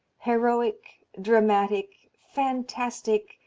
heroic, dramatic, fantastic,